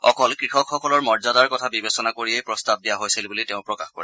অকল কৃষকসকলৰ মৰ্যাদাৰ কথা বিবেচনা কৰিয়েই প্ৰস্তাৱ দিয়া হৈছিল বুলি তেওঁ প্ৰকাশ কৰে